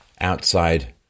outside